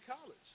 College